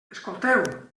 escolteu